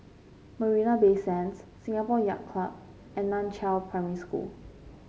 Marina Bay Sands Singapore Yacht Club and Nan Chiau Primary School